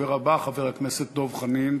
הדובר הבא, חבר הכנסת דב חנין.